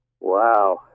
Wow